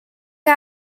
que